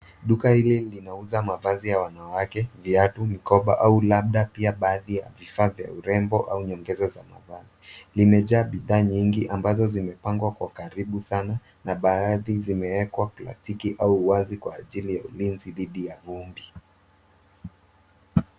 Duka hili linauza mavazi ya wanawake, viatu mikoba au labda pia bidhaa ya vifaa vya urembo au nyongeza za mavazi. Limejaa bidhaa nyingi ambazo zimepangwa kwa karibu sana na baadhi zimewekwa plastiki au wazi kwa ajili ya ulinzi dhidi ya vumbi.